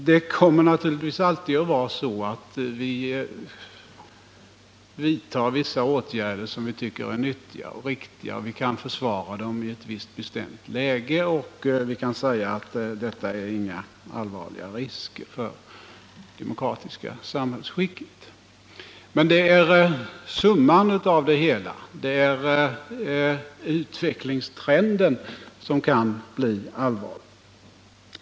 Det kommer naturligtvis alltid att vara så att vi vidtar vissa åtgärder som vi tycker är nyttiga och riktiga och som vi kan försvara i ett visst bestämt läge och säga att de inte innebär några allvarliga risker för det demokratiska samhällsskicket. Men det är summan av det hela — utvecklingstrenden — som kan bli allvarlig.